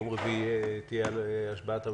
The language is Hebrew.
ביום רביעי תהיה השבעת הממשלה.